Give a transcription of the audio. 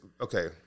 okay